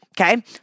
okay